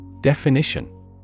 Definition